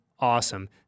Awesome